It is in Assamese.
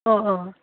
অঁ অঁ